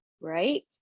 right